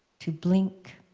to blink,